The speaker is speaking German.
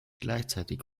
gleichzeitig